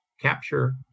capture